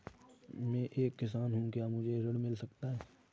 मैं एक किसान हूँ क्या मुझे ऋण मिल सकता है?